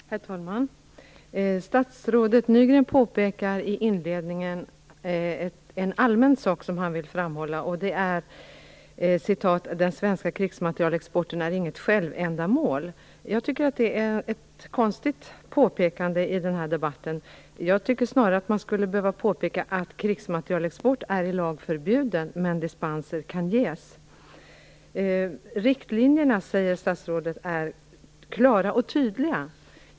Herr talman! Statsrådet Nygren påpekar i inledningen i svaret en allmän sak som han vill framhålla, och det är: "Den svenska krigsmaterielexporten är inget självändamål -." Jag tycker att det är ett konstigt påpekande i den här debatten. Jag tycker snarare att man skulle behöva påpeka att krigsmaterielexport är i lag förbjuden, men dispenser kan ges. Riktlinjerna är klara och tydliga, säger statsrådet.